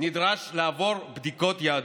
נדרש לעבור בדיקות יהדות.